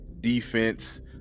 defense